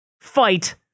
fight